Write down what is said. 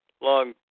long